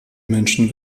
menschen